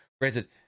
Granted